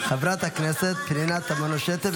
חברת הכנסת פנינה תמנו שטה, בבקשה.